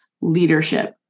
leadership